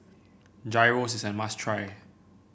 Gyros is a must try